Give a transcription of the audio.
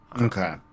okay